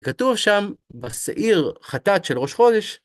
כתוב שם, בשעיר חטאצ של ראש חודש.